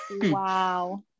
Wow